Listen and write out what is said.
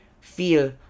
feel